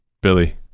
Billy